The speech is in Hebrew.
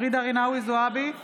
ג'ידא רינאוי זועבי,